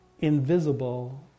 Invisible